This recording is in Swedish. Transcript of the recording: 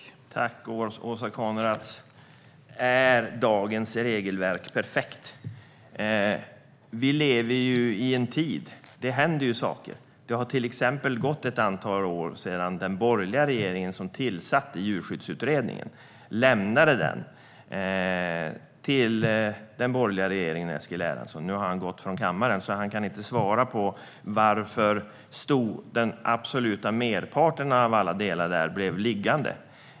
Herr talman! Åsa Coenraads frågade: Är dagens regelverk perfekt? Vi lever ju i en tid när det händer saker. Det har gått ett antal år sedan den borgerliga regeringen tillsatte djurskyddsutredningen som lämnade sina förslag. Nu har Eskil Erlandsson lämnat kammaren, så han kan inte svara på frågan om varför den absoluta merparten av alla delar i den utredningen blev liggande.